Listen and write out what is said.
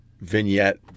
vignette